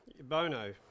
Bono